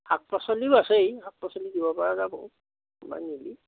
শাক পাচলিও আছে শাক পাচলিও দিব পৰা যাবো কোনোবাই নিলে